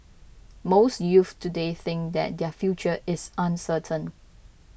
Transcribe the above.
most youths today think that their future is uncertain